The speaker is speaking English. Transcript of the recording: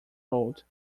old